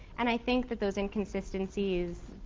and i think that those inconsistencies